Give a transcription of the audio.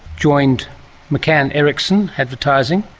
joined mccann erickson advertising,